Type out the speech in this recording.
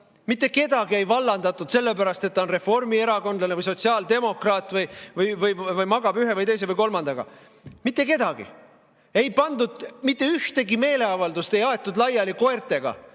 Mitte kedagi ei vallandatud sellepärast, et ta on reformierakondlane või sotsiaaldemokraat või magab ühe või teise või kolmandaga. Mitte kedagi. Mitte ühtegi meeleavaldust ei aetud koertega